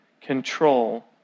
control